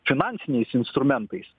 finansiniais instrumentais